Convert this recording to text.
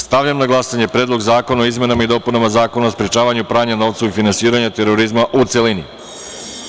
Stavljam na glasanje Predlog zakona o izmenama i dopunama Zakona o sprečavanju pranja novca i finansiranja terorizma, u načelu.